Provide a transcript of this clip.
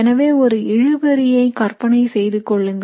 எனவே ஒரு இழுபறி ஐ கற்பனை செய்து கொள்ளுங்கள்